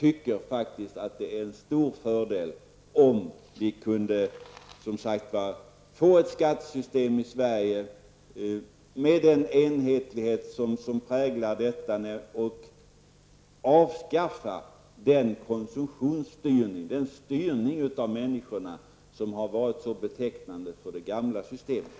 Det vore en stor fördel om vi kunde få ett skattesystem i Sverige som präglas av enhetlighet och avskaffa den styrning av människor som varit så betecknande för det gamla systemet.